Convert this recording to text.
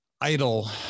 idle